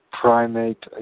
primate